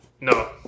No